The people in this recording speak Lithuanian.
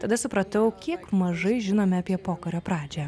tada supratau kiek mažai žinome apie pokario pradžią